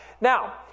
Now